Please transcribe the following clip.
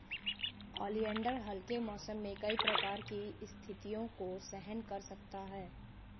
oleander हल्के मौसम में कई प्रकार की स्थितियों को सहन कर सकता है